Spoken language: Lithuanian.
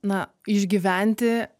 na išgyventi